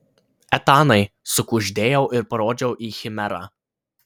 etanai sukuždėjau ir parodžiau į chimerą